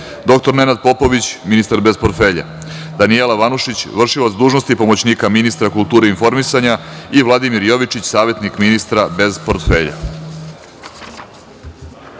dr Nenad Popović, ministar bez portfelja, Danijela Vanušić, vršilac dužnosti pomoćnika ministra kulture i informisanja i Vladimir Jovičić, savetnik ministra bez portfelja. Molim